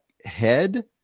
head